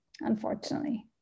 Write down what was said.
unfortunately